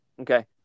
Okay